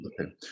Okay